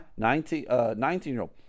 19-year-old